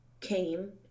came